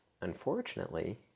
Unfortunately